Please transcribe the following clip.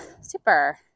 Super